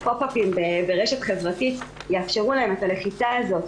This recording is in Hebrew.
פופאפים ברשת חברתית יאפשרו להם את הלחיצה הזאת.